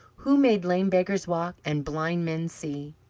who made lame beggars walk, and blind men see.